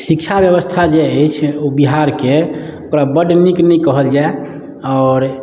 शिक्षा बेबस्था जे अछि ओ बिहारके ओकरा बड्ड नीक नहि कहल जाइ आओर